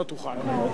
לא תוכל.